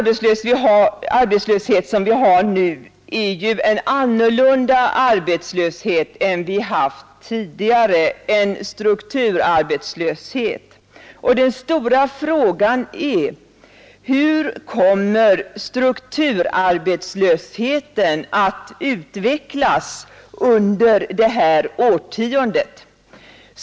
Den arbetslöshet vi har nu är en annan arbetslöshet än vi haft tidigare, en strukturarbetslöshet. Den stora frågan är: Hur kommer strukturarbetslösheten att utvecklas under det här årtiondet?